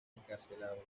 encarcelado